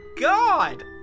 god